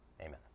Amen